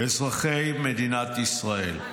"אזרחי מדינת ישראל".